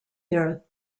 their